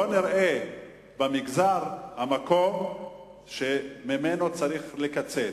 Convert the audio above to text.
לא נראה שהמגזר זה המקום שבו צריך לקצץ.